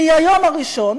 מהיום הראשון,